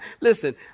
Listen